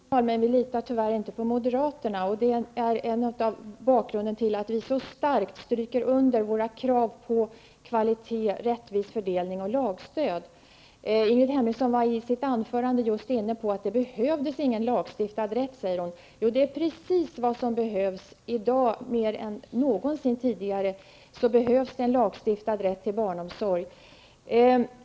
Herr talman! Vi socialdemokrater litar på föräldrar och personal, men vi litar tyvärr inte på moderaterna. Det är bakgrunden till att vi så starkt understryker våra krav på kvalitet, rättvis fördelning och lagstöd. Ingrid Hemmingsson nämnde i sitt anförande att det behövs ingen lagstiftad rätt. Jo, det är precis vad som behövs. I dag mer än någonsin tidigare behövs det en lagstiftad rätt till barnomsorg.